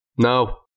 No